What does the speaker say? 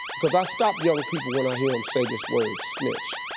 because i stop young people when i hear them say this word, snitch.